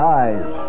eyes